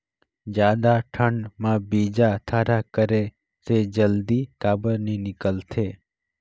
जादा ठंडा म बीजा थरहा करे से जल्दी काबर नी निकलथे?